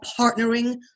partnering